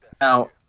Now